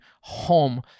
home